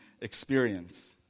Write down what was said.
experience